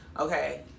okay